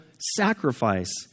sacrifice